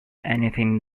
anything